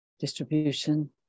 Distribution